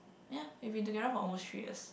ya we've been together almost three years